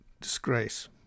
disgrace